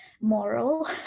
moral